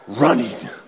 running